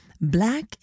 black